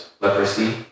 leprosy